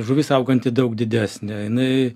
žuvis auganti daug didesnė jinai